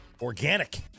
Organic